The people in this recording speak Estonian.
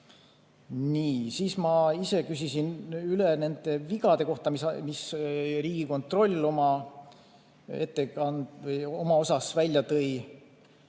Nii. Ma ise küsisin nende vigade kohta, mis Riigikontroll oma osas välja tõi.